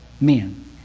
men